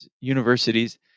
Universities